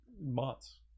months